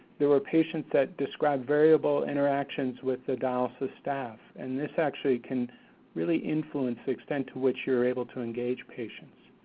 there were patients that described variable interactions with the dialysis staff, and this actually can really influence the extent to which you're able to engage patients.